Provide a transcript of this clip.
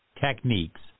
techniques